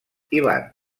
ivan